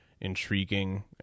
intriguing